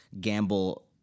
gamble